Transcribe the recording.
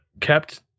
kept